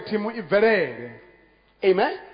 Amen